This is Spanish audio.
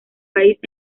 país